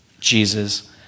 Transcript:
Jesus